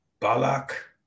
Balak